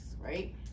right